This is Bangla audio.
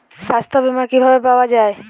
সাস্থ্য বিমা কি ভাবে পাওয়া যায়?